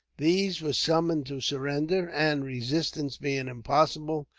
these were summoned to surrender and, resistance being impossible,